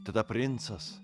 tada princas